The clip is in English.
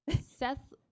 Seth